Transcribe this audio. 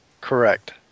Correct